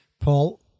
Paul